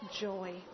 joy